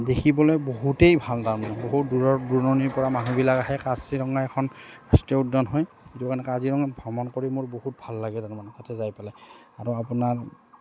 দেখিবলৈ বহুতেই ভাল তাৰমানে বহুত দূৰৰ দূৰণিৰ পৰা মানুহবিলাক আহে কাজিৰঙা এখন ৰাষ্ট্ৰীয় উদ্যান হয় সেইটো কাৰণে কাজিৰঙা ভ্ৰমণ কৰি মোৰ বহুত ভাল লাগে তাৰমানে তাতে যাই পেলাই আৰু আপোনাৰ